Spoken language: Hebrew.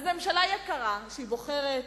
אז ממשלה יקרה, שהיא בוחרת,